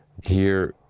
here.